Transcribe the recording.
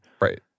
Right